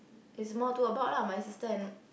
is more to about lah my sister and